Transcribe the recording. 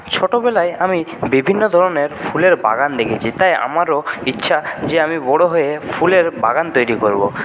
ছোটোবেলায় আমি বিভিন্ন ধরনের ফুলের বাগান দেখেছি তাই আমারও ইচ্ছা যে আমি বড়ো হয়ে ফুলের বাগান তৈরি করব